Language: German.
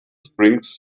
springs